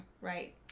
right